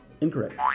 Incorrect